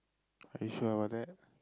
are you sure about that